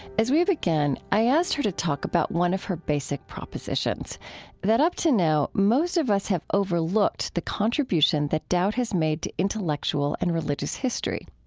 as we began, i asked her to talk about one of her basic propositions that up to now, most of us have overlooked the contribution that doubt has made to intellectual and religious history.